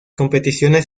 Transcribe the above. competiciones